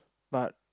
but